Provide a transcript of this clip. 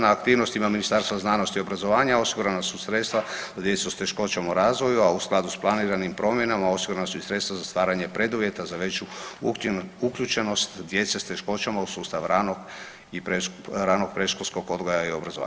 Na aktivnosti na Ministarstvo znanosti i obrazovanja osigurana su sredstva za djecu s teškoćama u razvoju, a u skladu sa planiranim promjenama osigurana su i sredstva za stvaranje preduvjeta za veću uključenost djece s teškoćama u sustav ranog predškolskog odgoja i obrazovanja.